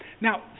Now